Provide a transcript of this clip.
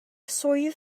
swydd